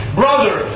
brother